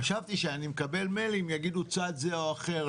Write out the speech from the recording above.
חשבתי שאני מקיים מיילים ויגידו צד זה או אחר.